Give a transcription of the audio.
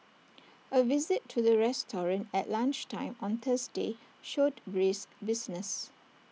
A visit to the restaurant at lunchtime on Thursday showed brisk business